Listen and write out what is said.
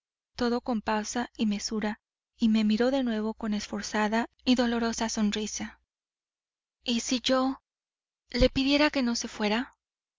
todo con pausa y mesura y me miró de nuevo con esforzada y dolorosa sonrisa y si yo le pidiera que no se fuera